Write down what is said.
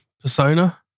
persona